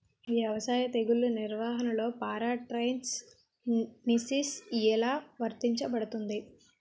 వ్యవసాయ తెగుళ్ల నిర్వహణలో పారాట్రాన్స్జెనిసిస్ఎ లా వర్తించబడుతుంది?